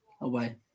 Away